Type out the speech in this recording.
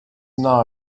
now